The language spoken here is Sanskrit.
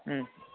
ह्म्